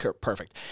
Perfect